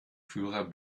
führer